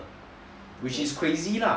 which is crazy lah